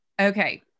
Okay